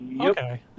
Okay